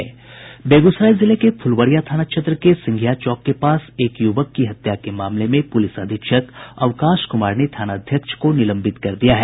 बेगूसराय जिले के फुलवारिया थाना क्षेत्र के सिंधिया चौक के पास एक युवक की हत्या के मामले में पुलिस अधीक्षक अवकाश कुमार ने थानाध्यक्ष को निलंबित कर दिया है